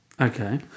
Okay